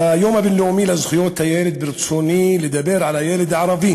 ביום הבין-לאומי לזכויות הילד ברצוני לדבר על הילד הערבי